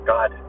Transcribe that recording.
God